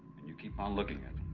and you keep on looking at